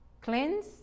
cleanse